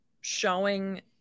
showing